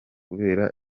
kubera